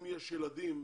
אם יש ילדים,